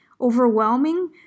overwhelming